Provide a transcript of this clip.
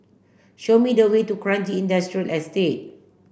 show me the way to Kranji Industrial Estate